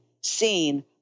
seen